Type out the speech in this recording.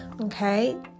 okay